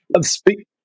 Speak